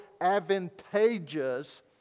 advantageous